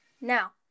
Now